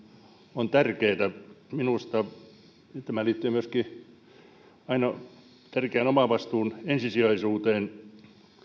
on tärkeätä minusta tämä liittyy myöskin aina tärkeään omavastuun ensisijaisuuteen